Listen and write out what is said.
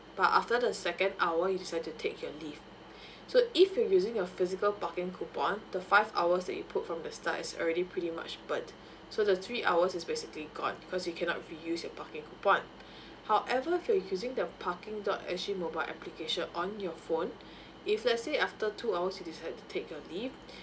but after the second hour you decide to take your leave so if you're using your physical parking coupon the five hours that you put from the start is already pretty much burnt so the three hours is basically gone because you cannot reuse your parking coupon however if you're using the parking dot S G mobile application on your phone if let's say after two hours you decide to take your leave